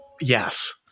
Yes